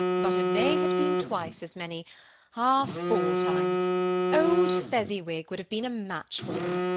but if they had been twice as many ah, four times old fezziwig would have been a match for them,